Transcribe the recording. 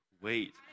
Wait